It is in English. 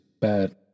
bad